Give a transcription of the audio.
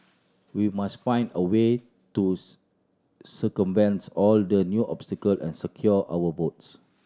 we must find a way to circumvent all the new obstacle and secure our votes